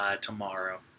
tomorrow